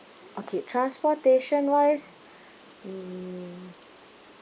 okay transportation wise mm